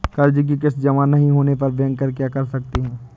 कर्ज कि किश्त जमा नहीं होने पर बैंकर क्या कर सकते हैं?